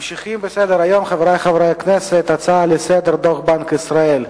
הנושא הבא הוא: דוח בנק ישראל,